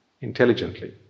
intelligently